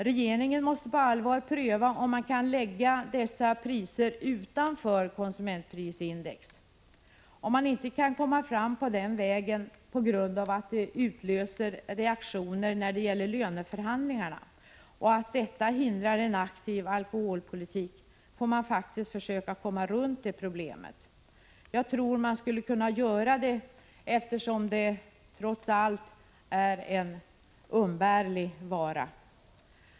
Regeringen måste på allvar pröva om man kan lägga alkoholpriserna utanför beräkningen av konsumentprisindex. Om man inte kan komma fram på den vägen, på grund av att det utlöser reaktioner i löneförhandlingarna och på så sätt hindrar en aktiv alkoholpolitik, får man faktiskt försöka kringgå detta problem. Jag tror att man skulle kunna göra det, eftersom alkoholen — trots allt — är en umbärlig vara.